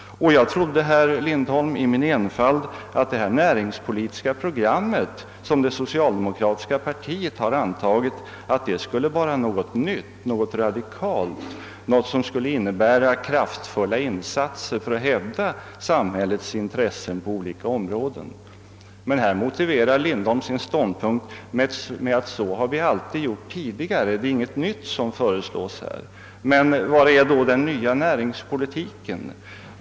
Jag trodde, herr Lindholm, att det näringspolitiska program som det socialdemokratiska partiet har antagit skulle innebära något nytt och radikalt i fråga om kraftfulla insatser för att hävda samhällets intressen på olika områden. Men herr Lindholm motiverar sin ståndpunkt med att man gjort så tidigare och att det inte är något nytt som nu föreslås. Vad är då den nya näringspolitiken?